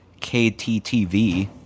KTTV